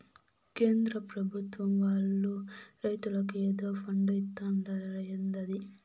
కేంద్ర పెభుత్వం వాళ్ళు రైతులకి ఏదో ఫండు ఇత్తందట ఏందది